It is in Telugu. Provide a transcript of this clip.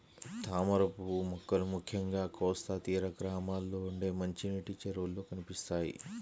తామరపువ్వు మొక్కలు ముఖ్యంగా కోస్తా తీర గ్రామాల్లో ఉండే మంచినీటి చెరువుల్లో కనిపిస్తాయి